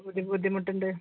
ബുദ്ധി ബുദ്ധിമുട്ടുണ്ട്